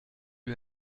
lui